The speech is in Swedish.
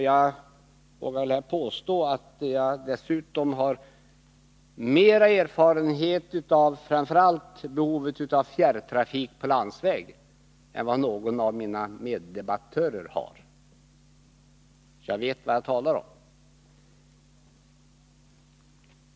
Jag vågar påstå att jag dessutom har mer erfarenhet av framför allt behovet av fjärrtrafik på landsväg än någon av mina meddebattörer har. Jag vet vad jag talar om.